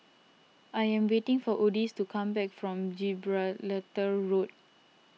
I am waiting for Odis to come back from Gibraltar Road